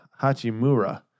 Hachimura